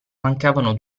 mancavano